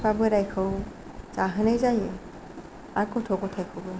बिफा बोरायखौ जाहोनाय जायो आरो गथ' गथायखौबो